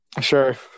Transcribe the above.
Sure